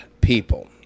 people